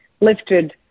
lifted